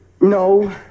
No